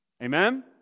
Amen